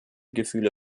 gefühle